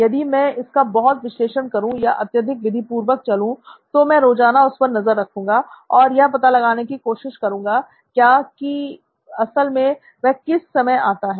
यदि मैं इसका बहुत विश्लेषण करूं या अत्यधिक विधि पूर्वक चलूं तो मैं रोज़ाना उस पर नजर रखूंगा और यह पता लगाने की कोशिश करूँगा क्या कि असल में वह किस समय आता है